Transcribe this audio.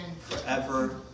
forever